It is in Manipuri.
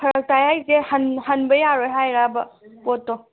ꯐꯔꯛ ꯇꯥꯏ ꯍꯥꯏꯁꯦ ꯍꯟꯕ ꯌꯥꯔꯣꯏ ꯍꯥꯏꯔꯕ ꯄꯣꯠꯇꯣ